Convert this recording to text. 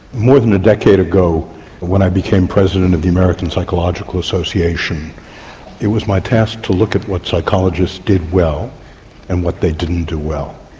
more than a decade ago when i became president of the american psychological association it was my task to look at what psychologists did well and what they didn't do well.